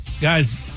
guys